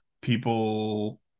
people